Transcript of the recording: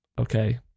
okay